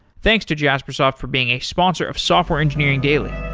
thanks to jaspersoft from being a sponsor of software engineering daily